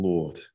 Lord